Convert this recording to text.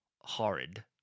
Horrid